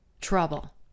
trouble